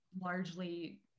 largely